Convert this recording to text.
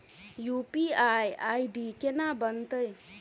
UPI ID केना बनतै?